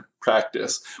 practice